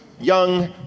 young